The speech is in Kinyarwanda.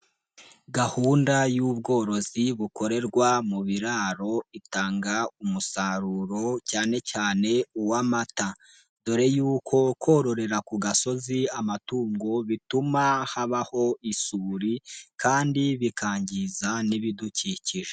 Gahunda y'ubworozi bukorerwa mu biraro itanga umusaruro cyane cyane uw'amata, dore y'uko korora ku gasozi amatungo bituma habaho isuri kandi bikangiza n'ibidukikije.